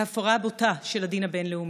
בהפרה בוטה של הדין הבין-לאומי.